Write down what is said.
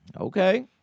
Okay